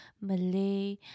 Malay